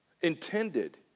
intended